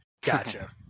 Gotcha